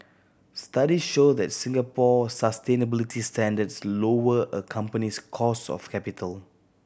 studies show that Singapore sustainability standards lower a company's cost of capital